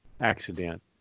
accident